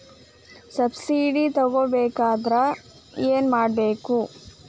Subsidy ತಗೊಬೇಕಾದರೆ ಏನು ಮಾಡಬೇಕು?